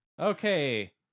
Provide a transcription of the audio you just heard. Okay